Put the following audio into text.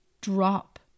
drop